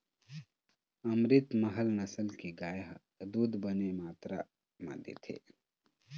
अमरितमहल नसल के गाय ह दूद बने मातरा म देथे